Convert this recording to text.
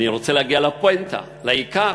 אני רוצה להגיע לפואנטה, לעיקר,